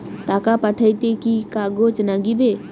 টাকা পাঠাইতে কি কাগজ নাগীবে?